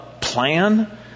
plan